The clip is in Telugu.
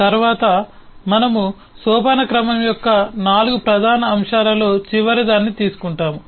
తరువాత మనము సోపానక్రమం యొక్క 4 ప్రధాన అంశాలలో చివరిదాన్ని తీసుకుంటాము